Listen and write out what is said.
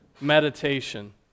meditation